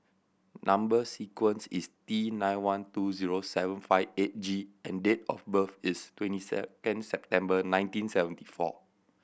number sequence is T nine one two zero seven five eight G and date of birth is twenty second September nineteen seventy four